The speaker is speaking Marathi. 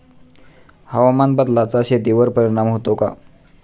हवामान बदलाचा शेतीवर परिणाम होतो का?